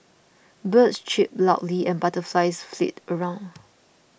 birds chirp loudly and butterflies flit around